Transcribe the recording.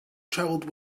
travelled